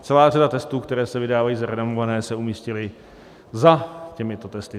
Celá řada testů, které se vydávají za renomované, se umístily za těmito testy.